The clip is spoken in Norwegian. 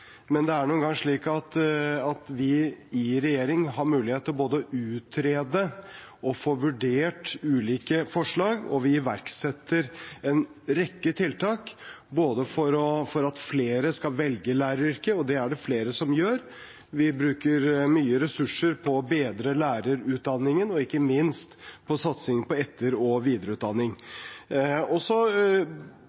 Men det er nå engang slik at vi i regjering har mulighet til både å utrede og få vurdert ulike forslag, og vi iverksetter en rekke tiltak for at flere skal velge læreryrket, og det er det flere som gjør. Vi bruker mye ressurser på å bedre lærerutdanningen og ikke minst på satsing på etter- og videreutdanning.